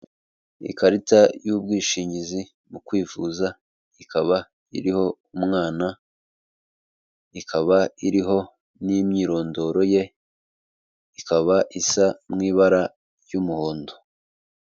Ikarita y'ubwishingizi mu kwivuza ikaba iriho umwana, ikaba iriho n'imyirondoro ye, ikaba isa mu ibara ry'umuhondo.